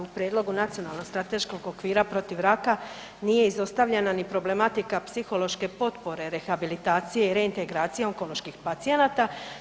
U Prijedlogu nacionalnog strateškog okvira protiv raka nije izostavljena ni problematika psihološke potpore rehabilitacije i reintegracije onkoloških pacijenata.